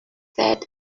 said